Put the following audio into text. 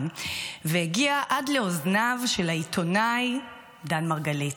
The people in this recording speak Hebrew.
והגיעה עד לאוזניו של העיתונאי דן מרגלית,